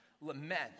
lament